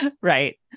Right